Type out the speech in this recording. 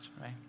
right